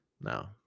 No